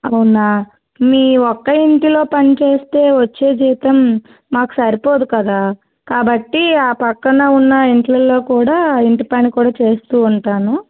అవునా మీ ఒక్క ఇంటిలో పని చేస్తే వచ్చే జీతం మాకు సరిపోదు కదా కాబట్టి ఆ పక్కన ఉన్న ఇండ్లలో కూడా ఇంటి పని కూడా చేస్తూ ఉంటాను